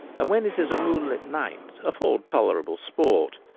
and when it is a moonlit night afford tolerable sport.